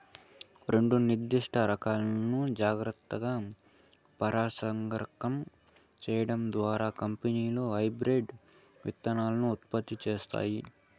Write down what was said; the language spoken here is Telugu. రెండు నిర్దిష్ట రకాలను జాగ్రత్తగా పరాగసంపర్కం చేయడం ద్వారా కంపెనీలు హైబ్రిడ్ విత్తనాలను ఉత్పత్తి చేస్తాయి